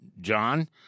John